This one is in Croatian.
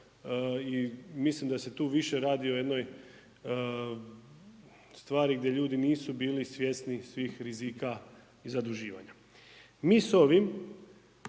i mislim da se tu više radi o jednoj stvari gdje ljudi nisu bili svjesni svih rizika i zaduživanja. Mi s ovim